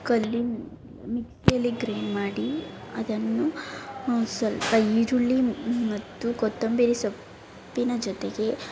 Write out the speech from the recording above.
ಕಲ್ಲು ಮಿಕ್ಸಿಯಲ್ಲಿ ಗ್ರೈಂಡ್ ಮಾಡಿ ಅದನ್ನು ಸ್ವಲ್ಪ ಈರುಳ್ಳಿ ಮತ್ತು ಕೊತ್ತಂಬರಿ ಸೊಪ್ಪಿನ ಜೊತೆಗೆ